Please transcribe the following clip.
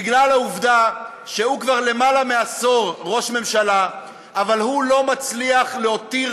בגלל העובדה שהוא כבר למעלה מעשור ראש ממשלה אבל הוא לא מצליח להותיר